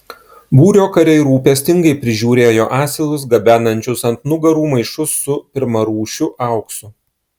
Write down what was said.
būrio kariai rūpestingai prižiūrėjo asilus gabenančius ant nugarų maišus su pirmarūšiu auksu